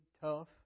tough